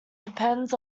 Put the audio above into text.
depends